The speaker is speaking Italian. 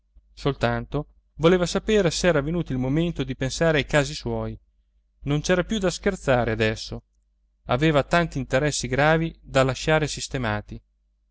soltanto voleva sapere s'era venuto il momento di pensare ai casi suoi non c'era più da scherzare adesso aveva tanti interessi gravi da lasciare sistemati